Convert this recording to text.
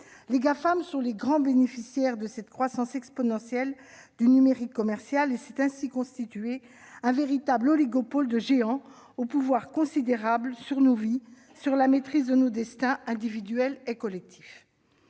Les Gafam sont les grands bénéficiaires de cette croissance exponentielle du numérique commercial : s'est ainsi constitué un véritable oligopole de géants aux pouvoirs considérables sur nos vies, sur la maîtrise de nos destins individuels et collectifs.